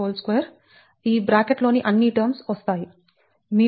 052 bracket లోని అన్ని terms వస్తాయి mH km లో